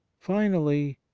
finally,